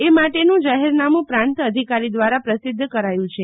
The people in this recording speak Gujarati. એ માટેનું જોહરનામું પ્રાંત અધિકારી દ્વારા પ્રસિધ્ધ કરાયું છે